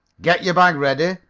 get your bag ready,